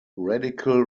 radical